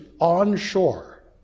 onshore